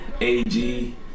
AG